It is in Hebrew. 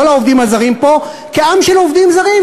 לא לעובדים הזרים פה, כעם של עובדים זרים.